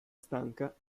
stanca